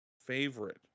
favorite